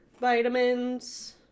vitamins